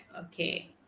Okay